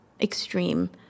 extreme